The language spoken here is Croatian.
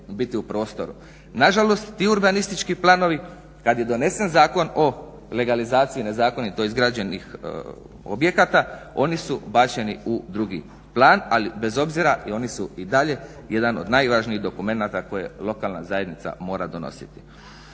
Nažalost, ti urbanistički planovi kad je donesen Zakon o legalizaciji nezakonito izgrađenih objekata oni su bačeni u drugi plan, ali bez obzira oni su i dalje jedan od najvažnijih dokumenata koje lokalna zajednica mora donositi.